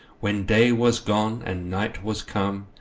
when day was gone, and night was come,